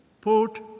put